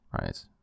right